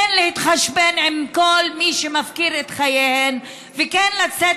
כן להתחשבן עם כל מי שמפקיר את חייהן וכן לצאת